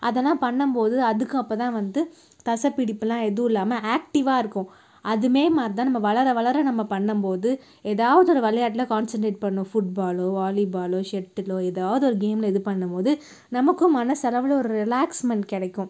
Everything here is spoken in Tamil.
அதலாம் பண்ணும் போது அதுக்கு அப்போ தான் வந்து தசைப்பிடிப்புலாம் எதுவும் இல்லாமல் ஆக்ட்டிவ்வாக இருக்கும் அதுமே மாதிரி தான் நம்ம வளர வளர நம்ம பண்ணும் போது எதாவது ஒரு விளையாட்ல கான்சன்ட்ரேட் பண்ணும் ஃபுட்பாலோ வாலிபாலோ ஷட்டிலோ எதாவது ஒரு கேமில் இது பண்ணும் போது நமக்கும் மனசளவில் ஒரு ரிலாக்ஸ்மெண்ட் கிடைக்கும்